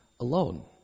alone